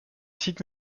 site